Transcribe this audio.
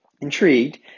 Intrigued